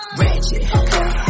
ratchet